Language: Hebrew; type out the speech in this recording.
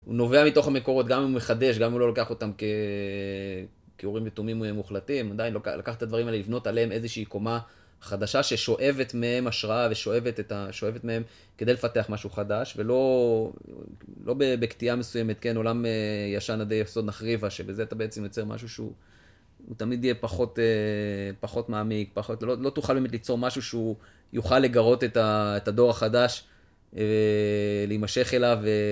הוא נובע מתוך המקורות, גם אם הוא מחדש, גם אם הוא לא לוקח אותם כאורים ותומים מוחלטים, עדיין, לקחת את הדברים האלה, לבנות עליהם איזושהי קומה חדשה, ששואבת מהם השראה, ושואבת מהם כדי לפתח משהו חדש, ולא בקטיעה מסוימת, כן? עולם ישן עדי יסוד נחריבה, שבזה אתה בעצם יוצר משהו שהוא תמיד יהיה פחות מעמיק, לא תוכל באמת ליצור משהו שהוא יוכל לגרות את הדור החדש, להימשך אליו.